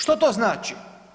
Što to znači?